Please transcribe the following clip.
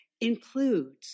includes